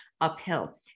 uphill